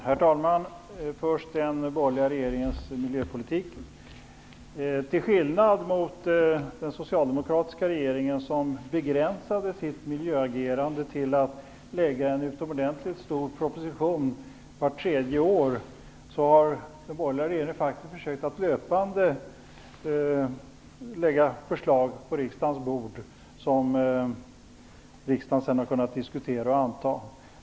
Herr talman! Först till den borgerliga regeringens miljöpolitik. Till skillnad mot den tidigare socialdemokratiska regeringen, som begränsade sitt miljöagerande till att lägga fram en utomordentligt stor proposition vart tredje år, har den borgerliga regeringen försökt att löpande lägga förslag på riksdagens bord som riksdagen sedan har kunnat diskutera och anta.